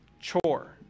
Chore